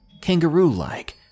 kangaroo-like